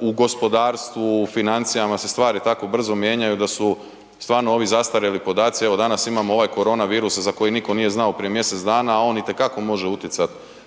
u gospodarstvu, u financijama se stvari tako brzo mijenjaju da su stvarno ovi zastarjeli podaci, evo danas imamo ovaj koronavirus za koji niko nije znao prije mjesec dana, a on itekako može utjecat